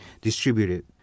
distributed